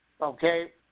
Okay